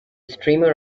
streamer